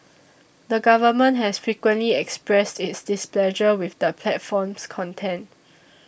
the government has frequently expressed its displeasure with the platform's content